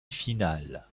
finales